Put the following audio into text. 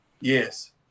Yes